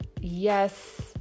Yes